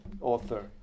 author